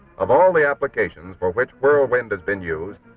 of all the applications for which whirlwind has been used,